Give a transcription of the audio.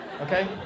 okay